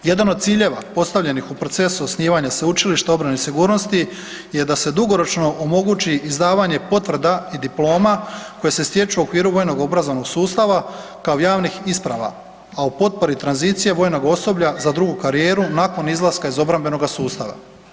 Jedan od ciljeva postavljenih u procesu osnivanja Sveučilišta obrane i sigurnosti je da se dugoročno omogući izdavanje potvrda i diploma koje se stječu u okviru vojnog obrazovanog sustava kao javnih isprava a u potpori tranzicije vojnog osoblja za drugu karijeru, nakon izlaska iz obrambenoga sustava.